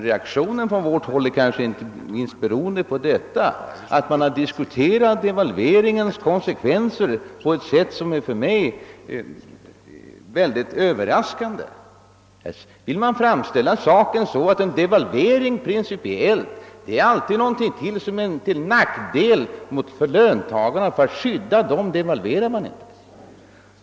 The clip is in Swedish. Reaktionen från vårt partis håll är kanske inte minst beroende på att man har diskuterat devalveringens konsekvenser på ett sätt som för mig varit mycket överraskande. Man vill framställa saken på det sättet att en devalvering principiellt alltid är till nackdel för löntagarna och att man för att skydda dem låter bli att devalvera.